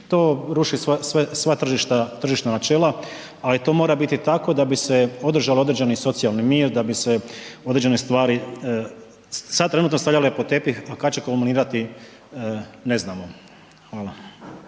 to ruši sva tržišna načela ali to mora biti tako da bi se održao određeni socijalni mir, da bi se određene stvari sad trenutno stavljale pod tepih, a kad će kulminirati, ne znamo, hvala.